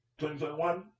2021